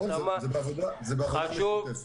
זה בעבודה משותפת.